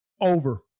Over